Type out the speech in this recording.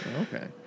okay